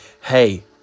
Hey